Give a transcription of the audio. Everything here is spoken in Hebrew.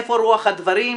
מה רוח הדברים.